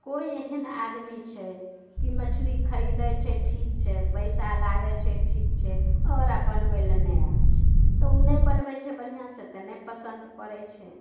केओ एहन आदमी छै कि मछली खरीदै छै ठीक छै पैसा लागै छै ठीक छै ओकरा बनबै लए नहि आबै छै तऽ ओ नहि बनबै छै बढ़िआँ से तऽ नहि पसन्द पड़ैत छै